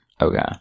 Okay